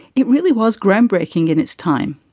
it really was groundbreaking in its time,